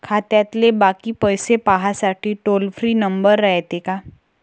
खात्यातले बाकी पैसे पाहासाठी टोल फ्री नंबर रायते का?